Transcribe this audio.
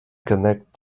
connect